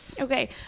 Okay